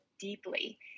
deeply